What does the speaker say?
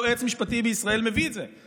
יועץ משפטי בישראל מביא את זה?